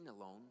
alone